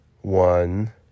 One